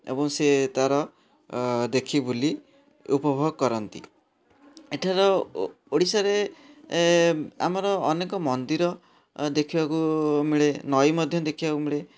ଏବଂ ସେ ତା'ର ଦେଖି ବୁଲି ଉପଭୋଗ କରନ୍ତି ଏଠାର ଓଡ଼ିଶାରେ ଆମର ଅନେକ ମନ୍ଦିର ଦେଖିବାକୁ ମିଳେ ନାଇଁ ମଧ୍ୟ ଦେଖିବାକୁ ମିଳେ